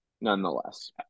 nonetheless